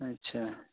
ᱟᱪᱪᱷᱟ